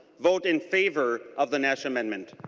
vote in favor of the nash amendment.